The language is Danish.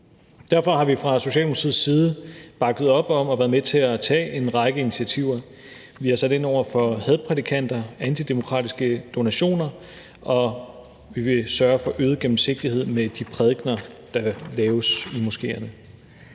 Derfor har vi fra Socialdemokratiets side bakket op om og været med til at tage en række initiativer. Vi har sat ind over for hadprædikanter og antidemokratiske donationer, og vi vil sørge for øget gennemsigtighed med de prædikener, der holdes i moskéerne.